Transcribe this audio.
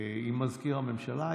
עם מזכיר הממשלה.